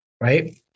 right